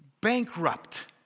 bankrupt